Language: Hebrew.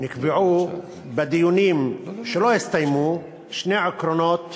ונקבעו בדיונים שלא הסתיימו שני עקרונות